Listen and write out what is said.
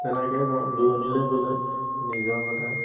তেনেকৈয়ে মই দূৰণিলৈ গ'লে নিজৰ মতে